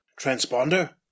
Transponder